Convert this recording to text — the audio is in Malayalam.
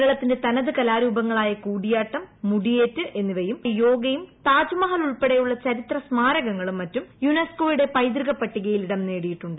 കേരളത്തിന്റെ തനത്ത് ക്ലാരൂപങ്ങളായ കൂടിയാട്ടം മുടിയേറ്റ് എന്നിവയും യോഗ്യും താജ്മഹൽ ഉൾപ്പെടെയുള്ള ചരിത്ര സ്മാരങ്ങളും മറ്റും യൂൻസ്കോയുടെ പൈതൃക പട്ടികയിൽ ഇടം നേടിയിട്ടുണ്ട്